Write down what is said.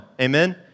amen